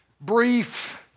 brief